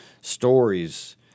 stories